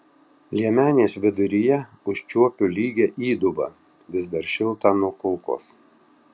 liemenės viduryje užčiuopiu lygią įdubą vis dar šiltą nuo kulkos